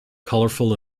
colourful